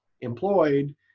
employed